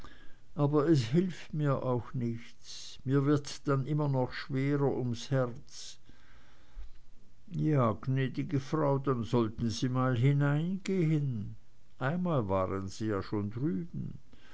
aber es hilft mir auch nichts mir wird dann immer noch schwerer ums herz ja gnädige frau dann sollten sie mal hineingehen einmal waren sie ja schon drüben